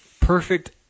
Perfect